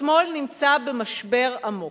השמאל נמצא במשבר עמוק,